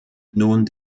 nun